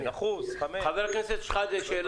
חבר הכנסת שחאדה, בבקשה.